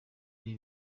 ibi